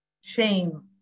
shame